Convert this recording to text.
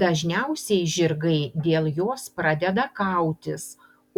dažniausiai žirgai dėl jos pradeda kautis